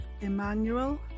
Emmanuel